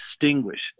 distinguished